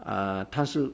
err 它是